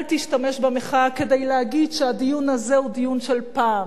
אל תשתמש במחאה כדי להגיד שהדיון הזה הוא דיון של פעם,